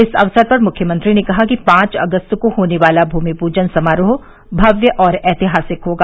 इस अवसर पर मुख्यमंत्री ने कहा कि पांच अगस्त को होने वाला भूमि प्रजन समारोह भव्य और ऐतिहासिक होगा